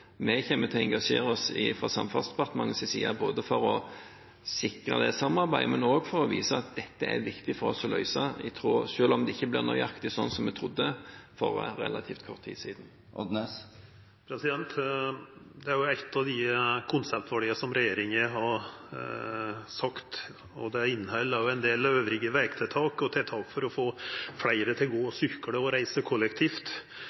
Vi kommer til å engasjere oss fra Samferdselsdepartementets side for å sikre det samarbeidet, men også for å vise at dette er viktig for oss å løse, selv om det ikke blir nøyaktig sånn som vi trodde for relativt kort tid siden. Det er eitt av dei konseptvala som regjeringa har teke, og det inneheld også ein del andre vegtiltak og tiltak for å få fleire til å gå, sykla og reisa kollektivt.